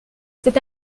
cet